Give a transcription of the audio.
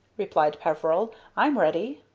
replied peveril, i'm ready,